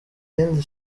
irindi